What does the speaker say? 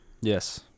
Yes